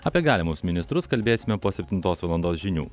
apie galimus ministrus kalbėsime po septintos valandos žinių